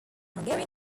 hungarian